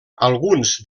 alguns